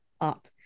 up